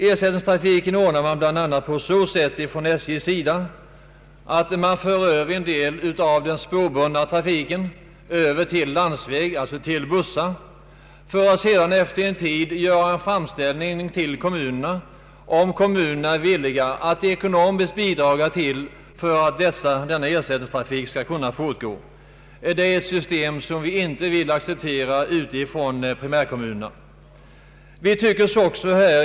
Ersättningstrafiken ordnar SJ bl.a. så att man för över en del av den spårbundna trafiken till landsväg, dvs. till bussar, för att efter en tid göra framställning till kommunerna om dessa är villiga att ekonomiskt bidra till att denna ersättningstrafik skall kunna fortgå. Det är ett system som vi från primärkommunerna inte vill acceptera.